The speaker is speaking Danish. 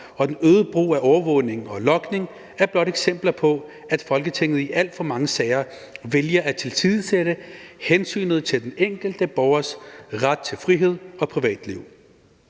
og den øgede brug af overvågning og logning er blot eksempler på, at Folketinget i alt for mange sager vælger at tilsidesætte hensynet til den enkelte borgers ret til frihed og privatliv.